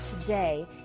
today